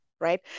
right